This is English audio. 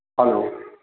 hello